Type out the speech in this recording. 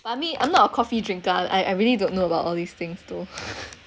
but me I'm not a coffee drinker I I really don't know about all these things too